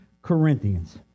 Corinthians